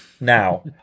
Now